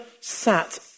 sat